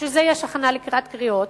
בשביל זה יש הכנה לקראת קריאות,